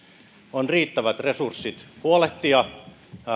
on riittävät resurssit huolehtia